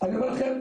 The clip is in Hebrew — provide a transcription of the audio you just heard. אני אומר לכם,